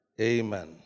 Amen